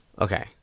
Okay